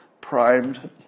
primed